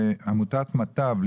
עמותת ׳מטב׳,